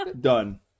Done